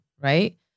right